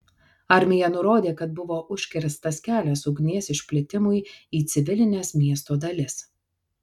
armija nurodė kad buvo užkirstas kelias ugnies išplitimui į civilines miesto dalis